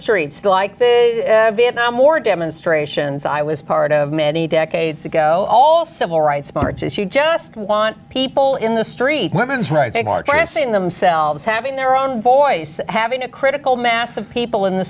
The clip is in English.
streets like the vietnam war demonstrations i was part of many decades ago all civil rights marches you just want people in the street women's rights and artists in themselves having their own voice having a critical mass of people in the